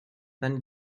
then